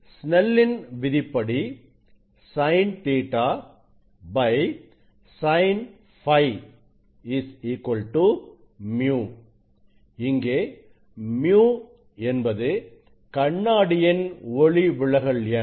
சினெல்லின் Snell's law விதிபடி Sin Ɵ Sin Φ µ இங்கே µ என்பது கண்ணாடியின் ஒளிவிலகல் எண்